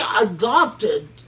adopted